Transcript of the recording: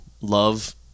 love